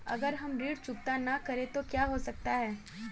अगर हम ऋण चुकता न करें तो क्या हो सकता है?